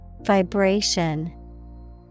Vibration